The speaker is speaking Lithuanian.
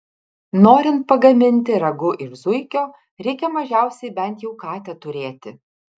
norint pagaminti ragu iš zuikio reikia mažiausiai bent jau katę turėti